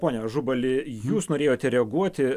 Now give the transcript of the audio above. pone ažubali jūs norėjote reaguoti